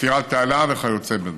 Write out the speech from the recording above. חפירת תעלה וכיוצא בזה.